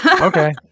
Okay